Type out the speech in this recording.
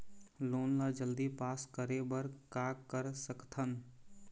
Loan ला जल्दी pass करे बर का कर सकथन?